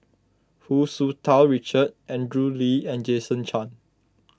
Hu Tsu Tau Richard Andrew Lee and Jason Chan